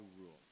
rules